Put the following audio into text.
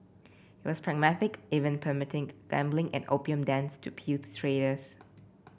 he was pragmatic even permitting gambling and opium dens to appeal to traders